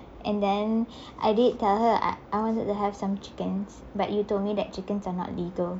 and then I did tell her I I wanted to have some chickens but you told me that chickens are not legal